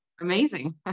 Amazing